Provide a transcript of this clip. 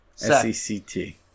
S-E-C-T